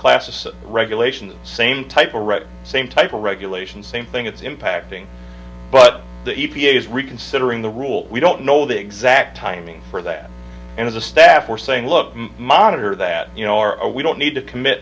class of regulations same type of same type of regulation same thing it's impacting but the e p a is reconsidering the rule we don't know the exact timing for that and as a staff we're saying look monitor that you know are we don't need to commit